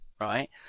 right